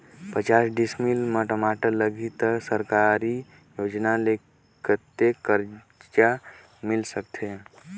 पचास डिसमिल मा टमाटर लगही त सरकारी योजना ले कतेक कर्जा मिल सकथे?